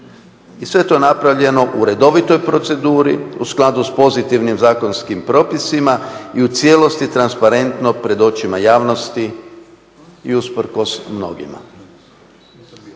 I sve je to napravljeno u redovitoj proceduri u skladu sa pozitivnim zakonskim propisima i u cijelosti transparentno pred očima javnosti i usprkos mnogima.